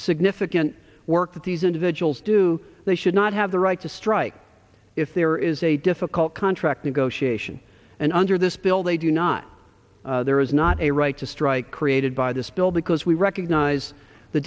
significant work that these individuals do they should not have the right to strike if there is a difficult country negotiation and under this bill they do not there is not a right to strike created by this bill because we recognize the